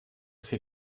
viel